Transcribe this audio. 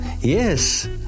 Yes